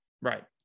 Right